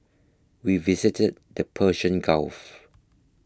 we visited the Persian Gulf